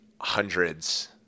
hundreds